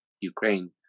Ukraine